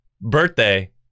birthday